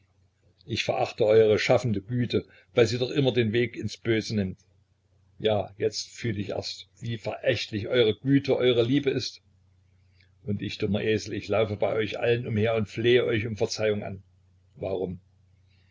ich verachte eure schaffende güte weil sie doch immer den weg ins böse nimmt ja jetzt fühl ich erst wie verächtlich eure güte und eure liebe ist und ich dummer esel ich laufe bei euch allen umher und flehe euch um verzeihung an warum